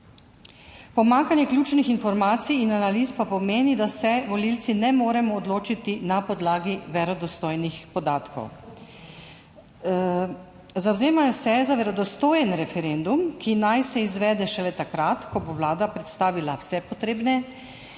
Pomanjkanje ključnih informacij in analiz pa pomeni, da se volivci ne moremo odločiti na podlagi verodostojnih podatkov. Zavzemajo se za verodostojen referendum, ki naj se izvede šele takrat, ko bo Vlada predstavila vse potrebne informacije